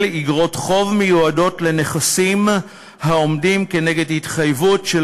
איגרות חוב מיועדות לנכסים העומדים כנגד התחייבות של